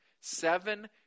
Seven